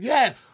Yes